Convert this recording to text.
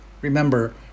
Remember